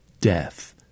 death